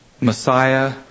Messiah